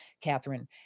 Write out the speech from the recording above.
Catherine